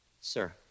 sir